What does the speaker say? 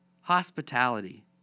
Hospitality